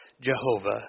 Jehovah